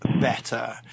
better